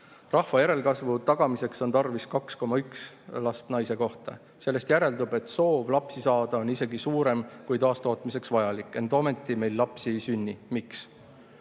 Rahva järelkasvu tagamiseks on tarvis 2,1 last naise kohta. Sellest järeldub, et soov lapsi saada on isegi suurem kui taastootmiseks vajalik. Ent ometi meil lapsi ei sünni.